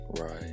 Right